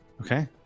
Okay